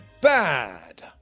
Bad